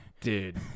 Dude